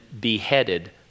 beheaded